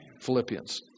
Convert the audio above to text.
Philippians